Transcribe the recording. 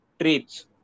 traits